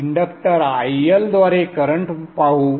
inductor IL द्वारे current पाहू